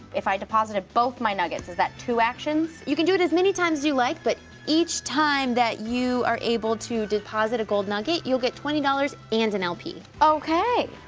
if i deposited both my nuggets, is that two actions? you can do it as many times as you like, but each time that you are able to deposit a gold nugget, you'll get twenty dollars and an lp. okay.